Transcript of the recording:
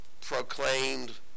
proclaimed